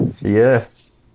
Yes